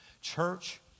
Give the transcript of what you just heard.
church